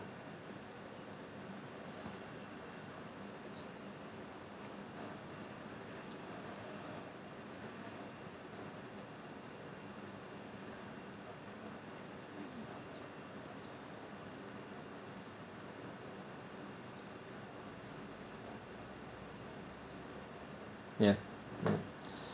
ya ya